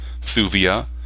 Thuvia